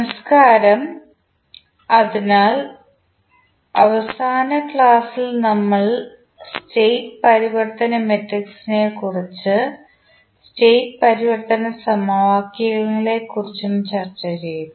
നമസ്കാരം അതിനാൽ അവസാന ക്ലാസ്സിൽ നമ്മൾ സ്റ്റേറ്റ് പരിവർത്തന മട്രിക്സിനെക്കുറിച്ചും സ്റ്റേറ്റ് പരിവർത്തന സമവാക്യങ്ങളെക്കുറിച്ചും ചർച്ചചെയ്തു